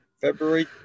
February